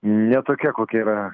ne tokia kokia yra